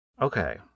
Okay